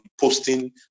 posting